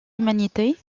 humanité